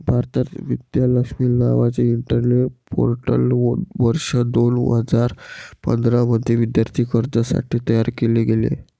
भारतात, विद्या लक्ष्मी नावाचे internet portal वर्ष दोन हजार पंधरा मध्ये विद्यार्थी कर्जासाठी तयार केले गेले